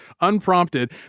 unprompted